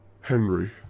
henry